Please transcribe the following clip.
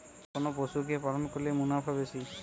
কোন পশু কে পালন করলে মুনাফা বেশি?